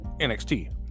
NXT